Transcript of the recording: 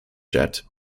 jet